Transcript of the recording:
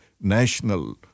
national